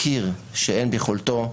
קיר שאין ביכולתו לעבור,